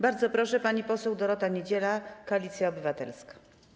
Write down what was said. Bardzo proszę, pani poseł Dorota Niedziela, Koalicja Obywatelska.